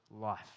life